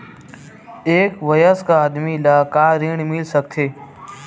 एक वयस्क आदमी ल का ऋण मिल सकथे?